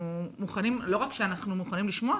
לא רק שאנחנו מוכנים לשמוע,